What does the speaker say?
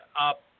up